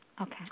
Okay